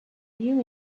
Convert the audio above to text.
you